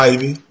Ivy